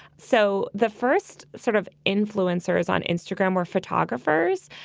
so the first sort of influencers on instagram were photographers.